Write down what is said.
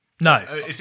No